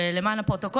למען הפרוטוקול,